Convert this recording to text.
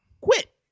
quit